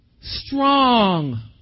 strong